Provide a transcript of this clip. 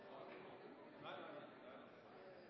Da er det noe som er